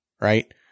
Right